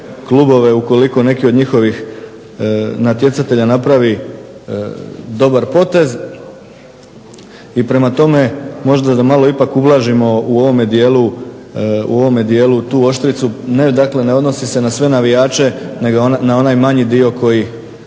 klubove, ukoliko neke od njihovih natjecatelja napravi dobar potez, i prema tome možda da malo ipak ublažimo u ovome dijelu tu oštricu, ne dakle, ne odnosi se na sve navijače, nego na onaj manji dio koji